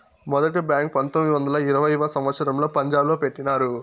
మొదటి బ్యాంకు పంతొమ్మిది వందల ఇరవైయవ సంవచ్చరంలో పంజాబ్ లో పెట్టినారు